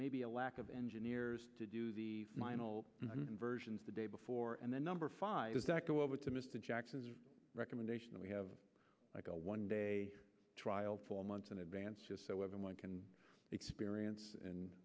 maybe a lack of engineers to do the inversions the day before and then number five is that go over to mr jackson's recommendation that we have a one day trial for months in advance just so everyone can experience in